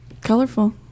colorful